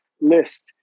list